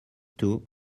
two